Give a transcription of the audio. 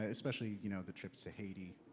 ah especially you know the trips to haiti?